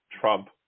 trump